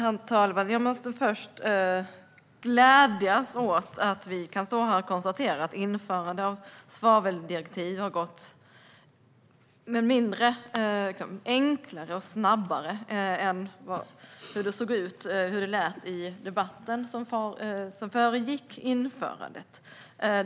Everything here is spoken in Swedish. Herr talman! Jag måste först glädjas åt att vi kan stå här och konstatera att införandet av ett svaveldirektiv har gått enklare och snabbare än hur det lät i den debatt som föregick införandet.